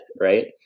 right